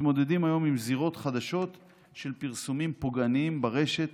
מתמודדים היום עם זירות חדשות של פרסומים פוגעניים ברשת